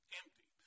empty